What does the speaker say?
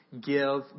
give